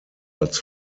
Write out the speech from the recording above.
als